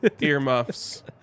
earmuffs